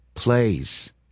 Plays